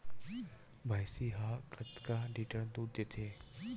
भंइसी हा कतका लीटर दूध देथे?